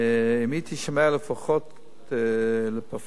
אם הייתי שומע לפחות לפריפריה,